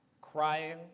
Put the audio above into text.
crying